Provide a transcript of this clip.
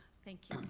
thank you.